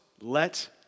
let